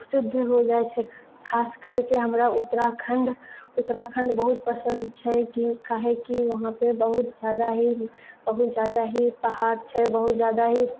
शुद्ध हो जाइत छै खासकरके हमरा उत्तराखण्ड उत्तराखण्ड बहुत पसन्द छै काहेकि वहाँपे बहुत जादा ही बहुत जादा ही पहाड़ छै बहुत जादा ही